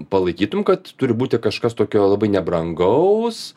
palaikytum kad turi būti kažkas tokio labai nebrangaus